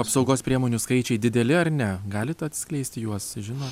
apsaugos priemonių skaičiai dideli ar ne galit atskleisti juos žino